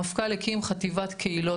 המפכ"ל הקים חטיבת קהילות,